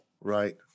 Right